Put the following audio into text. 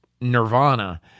Nirvana